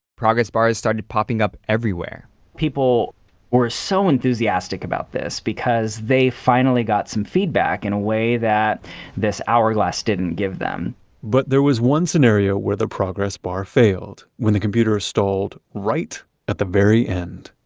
progress bars started popping up everywhere people were so enthusiastic about this because they finally got some feedback in a way that this hourglass didn't give them but there was one scenario where the progress bar failed when the computer stalled right at the very end.